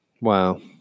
Wow